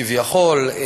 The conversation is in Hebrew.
כביכול,